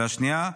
השנייה,